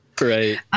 Right